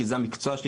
כי זהו המקצוע שלי,